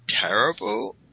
terrible